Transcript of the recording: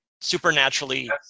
supernaturally